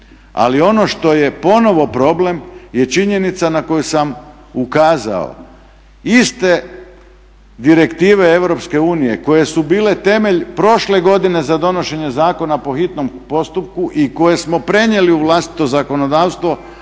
Ali ono što je ponovo problem je činjenica na koju sam ukazao, iste direktive EU koje su bile temelj prošle godine za donošenje zakona po hitnom postupku i koje smo prenijeli u vlastito zakonodavstvo